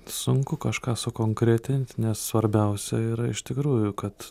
sunku kažką sukonkretint nes svarbiausia yra iš tikrųjų kad